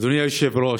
אדוני היושב-ראש,